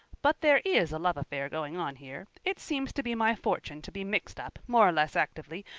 but there is a love affair going on here. it seems to be my fortune to be mixed up, more or less actively,